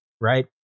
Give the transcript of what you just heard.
right